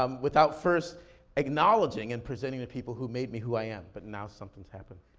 um without first acknowledging and presenting the people who made me who i am. but now something's happening.